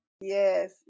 Yes